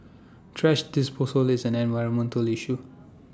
thrash disposal is an environmental issue